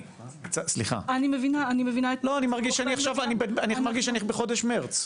סליחה, אני מרגיש שאני עכשיו בחודש מרץ.